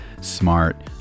smart